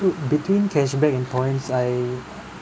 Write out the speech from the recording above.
so between cashback and points I